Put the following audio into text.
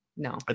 No